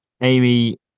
amy